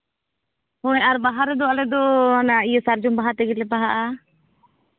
ᱦᱳᱭ ᱟᱨ ᱵᱟᱦᱟ ᱨᱮᱫᱚ ᱟᱞᱮ ᱫᱚ ᱚᱱᱟ ᱥᱟᱨᱡᱚᱢ ᱵᱟᱦᱟ ᱛᱮᱜᱮ ᱞᱮ ᱵᱟᱦᱟᱜᱼᱟ